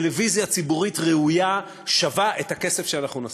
טלוויזיה ציבורית ראויה שווה את הכסף שאנחנו נשים.